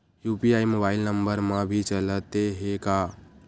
UPI mobile number मा भी चलते हे का?